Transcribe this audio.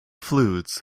flutes